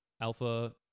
alpha